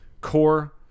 core